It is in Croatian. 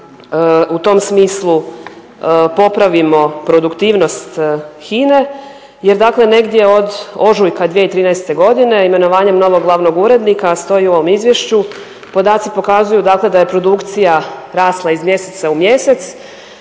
u tom smislu popravimo produktivnost HINA-e. Jer dakle, negdje od ožujka 2013. godine imenovanjem novog glavnog urednika, a stoji u ovom izvješću. Podaci pokazuju, dakle da je produkcija rasla iz mjeseca u mjesec